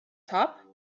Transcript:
top